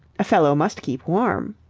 a fellow must keep warm.